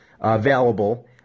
available